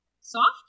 soft